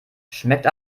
schmeckt